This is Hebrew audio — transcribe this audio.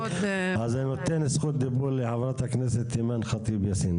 אז אני נותן זכות דיבור לחברת הכנסת אימאן ח'טיב יאסין,